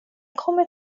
kommer